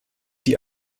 die